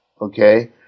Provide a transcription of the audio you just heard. okay